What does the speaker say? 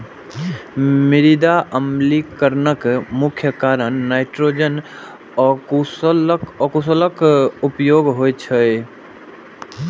मृदा अम्लीकरणक मुख्य कारण नाइट्रोजनक अकुशल उपयोग होइ छै